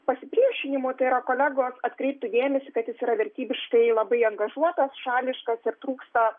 pasipriešinimu tėra kolegos atkreiptų dėmesį kad jis yra vertybiškai labai angažuotas šališkas ir trūksta